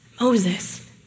Moses